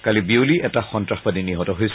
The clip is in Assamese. কালি বিয়লি এটা সন্নাসবাদী নিহত হৈছিল